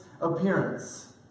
appearance